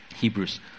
Hebrews